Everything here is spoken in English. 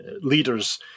leaders